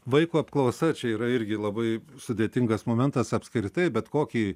vaiko apklausa čia yra irgi labai sudėtingas momentas apskritai bet kokį